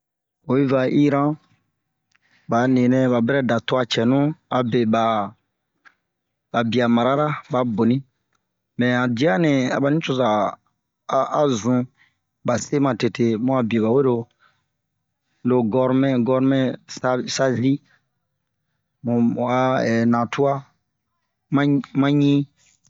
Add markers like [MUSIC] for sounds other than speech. oyi va Iran ɓa ninɛ ɓa bɛrɛ da tuwa cɛnu abe ɓa ɓa biya marara ɓa boni mɛ han diya nɛ aba nucoza a a zun ɓa se matete mu a biye ɓa wero lo gɔrmɛ gɔrmɛ salsazi mu mu a [HESITATION] na tuwa ma ma ɲi